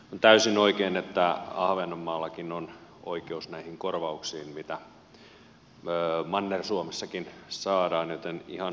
on täysin oikein että ahvenanmaallakin on oikeus näihin korvauksiin mitä manner suomessakin saadaan joten ihan hyvä asia